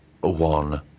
one